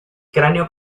cráneo